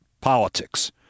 politics